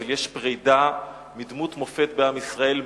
אבל יש בה פרידה מדמות מופת בעם ישראל,